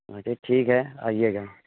اچھا ٹھیک ہے آئیے گا